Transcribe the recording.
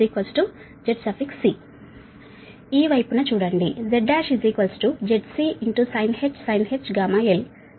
ఈ వైపు చూస్తే Z1 ZCsinh γl